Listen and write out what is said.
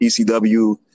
ECW